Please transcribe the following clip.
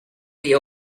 the